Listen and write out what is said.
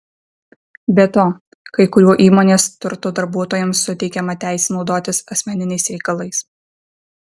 be to kai kuriuo įmonės turtu darbuotojams suteikiama teisė naudotis asmeniniais reikalais